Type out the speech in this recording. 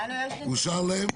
אושר להם?